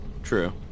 True